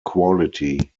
quality